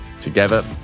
Together